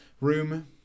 room